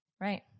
right